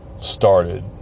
started